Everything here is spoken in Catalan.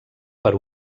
per